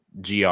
gr